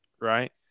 Right